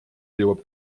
jõuab